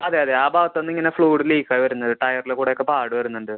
അതെ അതെ ആ ഭാഗത്തൂന്നിങ്ങനെ ഫ്ലൂയിഡ് ലീക്കായി വരുന്നത് ടയറിലെ കൂടെ ഒക്കെ പാട് വരുന്നുണ്ട്